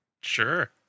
Sure